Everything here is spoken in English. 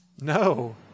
No